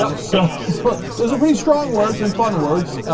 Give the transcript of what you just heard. so so book because every strong words and fun words